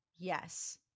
Yes